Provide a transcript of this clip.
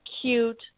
cute